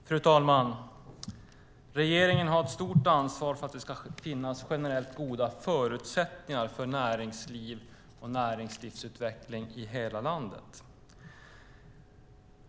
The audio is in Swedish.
Fru talman! Regeringen har ett stort ansvar för att det ska finnas generellt goda förutsättningar för näringsliv och näringslivsutveckling i hela landet.